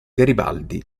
garibaldi